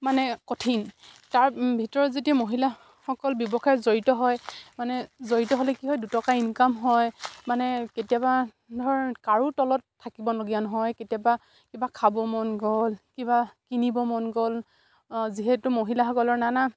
মানে কঠিন তাৰ ভিতৰত যেতিয়া মহিলাসকল ব্যৱসায়ত জড়িত হয় মানে জড়িত হ'লে কি হয় দুটকা ইনকাম হয় মানে কেতিয়াবা ধৰক কাৰো তলত থাকিবলগীয়া নহয় কেতিয়াবা কিবা খাব মন গ'ল কিবা কিনিব মন গ'ল যিহেতু মহিলাসকলৰ নানা